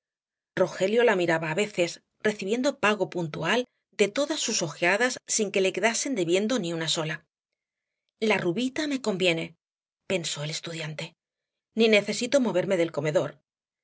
rogelio la miraba á veces recibiendo pago puntual de todas sus ojeadas sin que le quedasen debiendo ni una sola la rubita me conviene pensó el estudiante ni necesito moverme del comedor